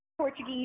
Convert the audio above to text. Portuguese